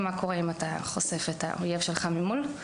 מה קורה אם אתה חושף את האויב שלך ממול.